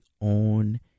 own